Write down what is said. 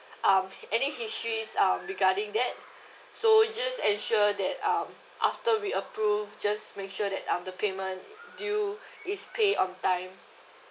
um any histories um regarding that so just ensure that um after we approve just make sure that um the payment due is paid on time